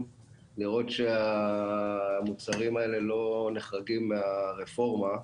לראות שהמוצרים האלה לא נחרגים מהרפורמה.